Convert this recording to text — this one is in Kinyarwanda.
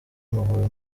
amavubi